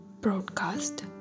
broadcast